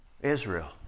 Israel